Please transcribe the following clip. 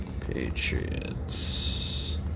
Patriots